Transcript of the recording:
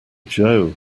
joe